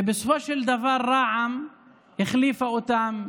ובסופו של דבר רע"מ החליפה אותם,